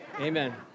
Amen